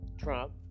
Trump